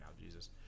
Jesus